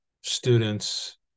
students